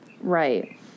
Right